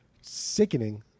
Sickening